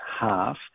half